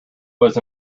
was